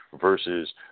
versus